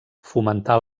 fomentar